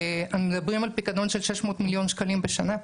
מדברים על פיקדון של 600 מיליון שקלים בשנה.